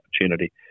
opportunity